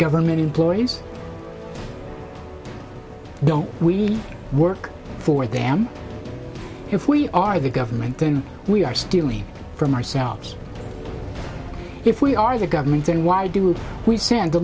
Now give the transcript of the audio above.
government employees don't we work for them if we are the government then we are stealing from ourselves if we are the government then why do we send the